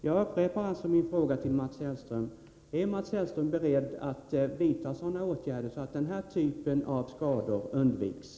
Jag upprepar min fråga till Mats Hellström: Är Mats Hellström beredd att vidta sådana åtgärder att den här typen av skador undviks?